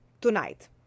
Tonight